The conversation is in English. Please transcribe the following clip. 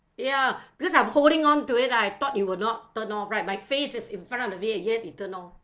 ya because I'm holding onto it I thought it will not turn off right my face is in front of it yet it turn off